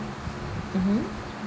mmhmm